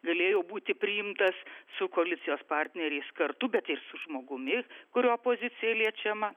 galėjo būti priimtas su koalicijos partneriais kartu bet ir su žmogumi kurio pozicija liečiama